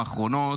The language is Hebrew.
האחרונות,